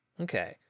Okay